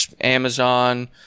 Amazon